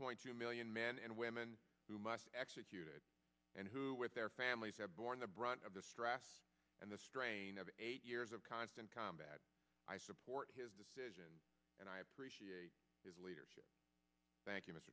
point two million men and women who must execute and who with their families have borne the brunt of the stress and the strain of eight years of constant combat i support his decision and i appreciate his leadership thank you m